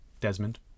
Desmond